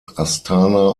astana